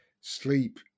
sleep